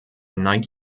night